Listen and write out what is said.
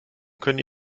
können